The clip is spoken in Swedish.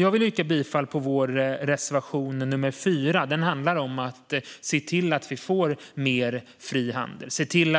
Jag vill yrka bifall till reservation 4, som handlar om att se till att vi får mer fri handel genom